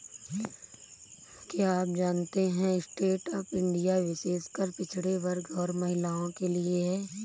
क्या आप जानते है स्टैंडअप इंडिया विशेषकर पिछड़े वर्ग और महिलाओं के लिए है?